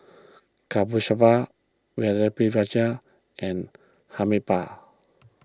Kasturba Pritiviraj and Amitabh